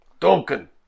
Duncan